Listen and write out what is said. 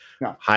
No